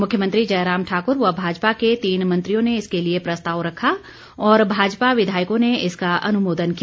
मुख्यमंत्री जयराम ठाकुर व भाजपा के तीन मंत्रियों ने इसके लिए प्रस्ताव रखा और भाजपा विधायकों ने इसका अनुमोदन किया